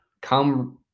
come –